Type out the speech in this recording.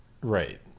right